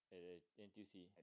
uh N_T_U_C